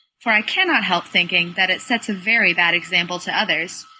for i cannot help thinking that it sets a very bad example to others.